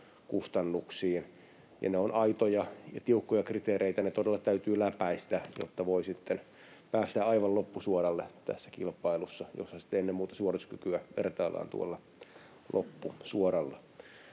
kustannuksiin. Ne ovat aitoja ja tiukkoja kriteereitä. Ne todella täytyy läpäistä, jotta voi sitten päästä aivan loppusuoralle tässä kilpailussa, jossa sitten ennen muuta suorituskykyä vertaillaan loppusuoralla.